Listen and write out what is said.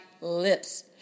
lips